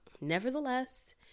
Nevertheless